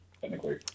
technically